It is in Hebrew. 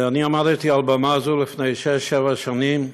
אני עמדתי על במה זו לפני שש-שבע שנים,